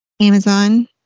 Amazon